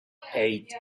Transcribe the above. eight